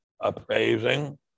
appraising